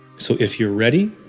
so if you're ready,